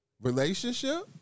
Relationship